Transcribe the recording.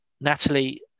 Natalie